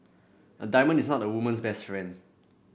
a diamond is not a woman's best friend